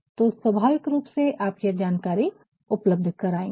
तो स्वाभाविक रूप से आप यह जानकारी उपलब्ध कराएंगे